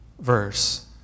verse